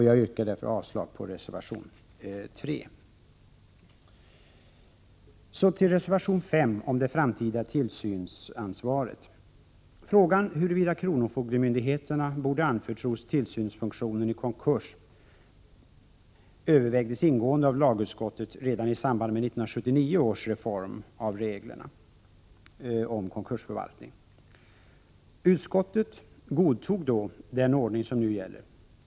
Jag yrkar avslag på reservation 3. Så till reservation 5 om det framtida tillsynsansvaret. Frågan huruvida kronofogdemyndigheterna borde anförtros tillsynsfunktionen i konkurs övervägdes ingående av lagutskottet redan i samband med 1979 års reform av reglerna om konkursförvaltning. Utskottet godtog då den ordning som nu gäller.